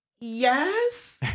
Yes